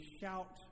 shout